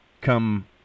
come